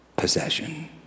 possession